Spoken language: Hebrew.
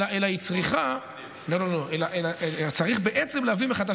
אבל בקורונה לא הגדילו את מסגרת